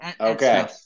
Okay